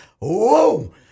Whoa